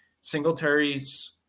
Singletary's